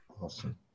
Awesome